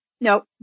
Nope